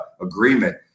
agreement